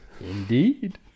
indeed